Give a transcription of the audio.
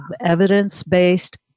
evidence-based